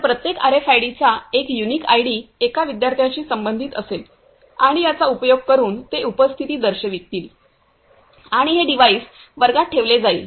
तर प्रत्येक आरएफआयडीचा एक युनिक आयडी एका विद्यार्थ्याशी संबंधित असेल आणि याचा उपयोग करून ते उपस्थिती दर्शवतील आणि हे डिव्हाइस वर्गात ठेवले जाईल